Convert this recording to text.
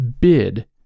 bid